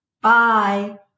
Bye